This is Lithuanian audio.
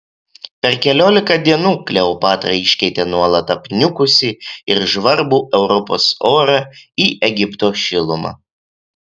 per keliolika dienų kleopatra iškeitė nuolat apniukusį ir žvarbų europos orą į egipto šilumą